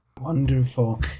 Wonderful